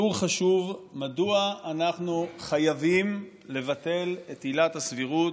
שיעור חשוב מדוע אנחנו חייבים לבטל את עילת הסבירות,